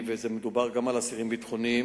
ומדובר גם על אסירים ביטחוניים,